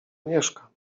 mieszka